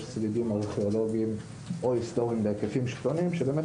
שרידים ארכיאולוגיים או היסטוריים בהיקפים שונים שבאמת